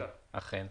אכן.